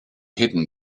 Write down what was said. hidden